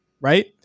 right